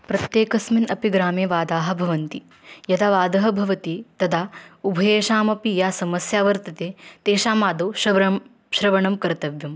प्रत्येकस्मिन् अपि ग्रामे वादाः भवन्ति यदा वादः भवति तदा उभयेषामपि या समस्या वर्तते तेषाम् आदौ श्रवणं श्रवणं कर्तव्यम्